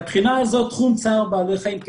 תחום צער בעלי חיים,